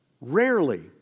Rarely